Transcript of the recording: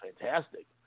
fantastic